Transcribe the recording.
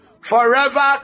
Forever